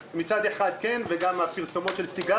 נכון, וגם הפרסומות של סיגריות,